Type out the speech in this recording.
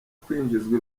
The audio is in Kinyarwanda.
kwinjizwa